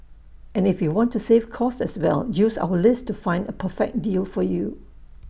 and if you want to save cost as well use our list to find A perfect deal for you